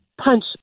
punch